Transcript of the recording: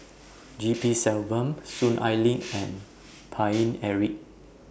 G P Selvam Soon Ai Ling and Paine Eric